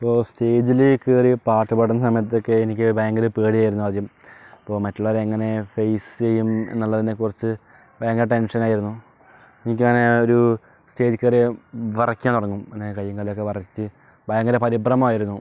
ഇപ്പോൾ സ്റ്റേജിൽ കയറി പാട്ടുപാടുന്ന സമയത്തൊക്കെ എനിക്ക് ഭയങ്കര പേടിയായിരുന്നു ആദ്യം ഇപ്പോൾ മറ്റുള്ളവരെ എങ്ങനെ ഫെയ്സ് ചെയ്യും എന്നുള്ളതിനെക്കുറിച്ച് ഭയങ്കര ടെൻഷനായിരുന്നു എനിക്കങ്ങനെ ഒരു സ്റ്റേജിൽ കയറിയാൽ വിറയ്ക്കാൻ തുടങ്ങും ഇങ്ങനെ കയ്യും കാലുമൊക്കെ വിറച്ച് ഭയങ്കര പരിഭ്രമമായിരുന്നു